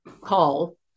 call